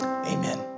Amen